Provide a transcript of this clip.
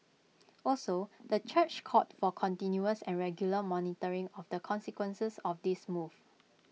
also the church called for continuous and regular monitoring of the consequences of this move